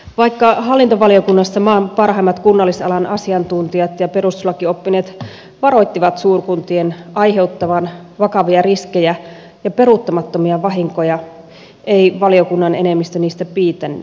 vaikka hallintovaliokunnassa maan parhaimmat kunnallisalan asiantuntijat ja perustuslakioppineet varoittivat suurkuntien aiheuttavan vakavia riskejä ja peruuttamattomia vahinkoja ei valiokunnan enemmistö niistä piitannut